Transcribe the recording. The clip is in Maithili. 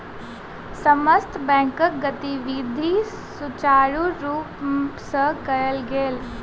समस्त बैंकक गतिविधि सुचारु रूप सँ कयल गेल